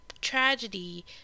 tragedy